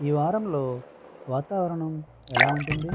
ఈ వారంలో వాతావరణం ఎలా ఉంటుంది